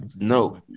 No